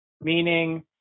meaning